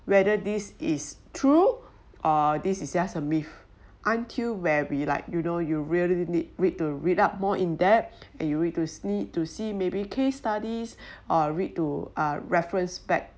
whether this is true uh this is just a myth until where we like you know you really need wait to read up more in depth and you read to see to see maybe case studies or read to uh reference back